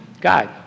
God